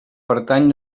pertany